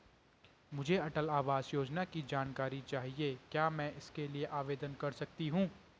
मुझे अटल आवास योजना की जानकारी चाहिए क्या मैं इसके लिए आवेदन कर सकती हूँ?